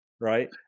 Right